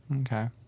okay